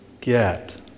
get